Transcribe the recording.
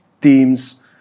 teams